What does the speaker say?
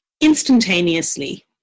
instantaneously